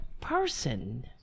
person